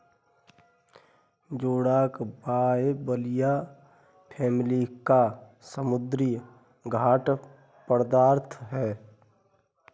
जोडाक बाइबलिया फैमिली का समुद्री खाद्य पदार्थ है